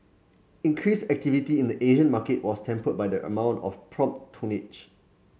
increased activity in the Asian market was tempered by the amount of prompt tonnage